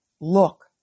Look